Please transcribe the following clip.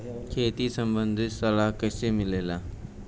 खेती संबंधित सलाह कैसे मिलेला?